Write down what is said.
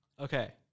Okay